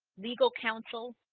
legal counsel,